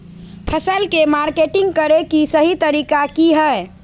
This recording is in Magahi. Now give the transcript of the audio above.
फसल के मार्केटिंग करें कि सही तरीका की हय?